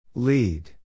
Lead